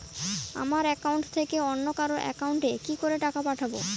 আমার একাউন্ট থেকে অন্য কারো একাউন্ট এ কি করে টাকা পাঠাবো?